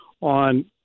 on